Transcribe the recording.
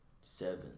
Seven